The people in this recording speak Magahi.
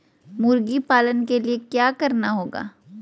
मुर्गी पालन के लिए क्या करना होगा?